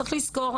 צריך לזכור.